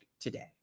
today